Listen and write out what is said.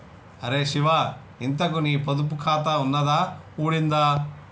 అరే శివా, ఇంతకూ నీ పొదుపు ఖాతా ఉన్నదా ఊడిందా